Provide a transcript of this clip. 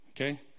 Okay